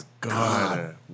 god